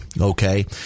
Okay